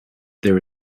there